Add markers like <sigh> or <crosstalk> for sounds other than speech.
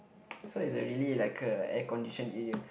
<noise> so it's really like a air conditioned area